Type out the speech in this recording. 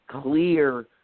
clear